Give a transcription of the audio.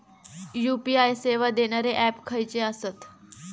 UPI सेवा देणारे app खयचे आसत?